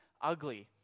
ugly